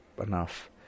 enough